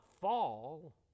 fall